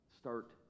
Start